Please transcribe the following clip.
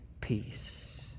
peace